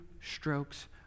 strokes